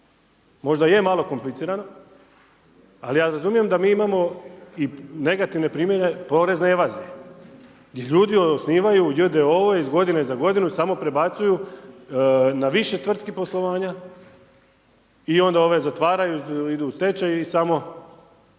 Možda je malo komplicirano, ali ja razumijem da mi imamo negativne primjene porezne evazije, gdje ljudi osnivaju j.d.o. iz godine u godine i samo prebacuju na više tvrtki poslovanja i onda ove zatvaraju, idu u stečaj i samo,